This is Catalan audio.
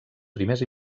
primers